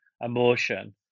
emotion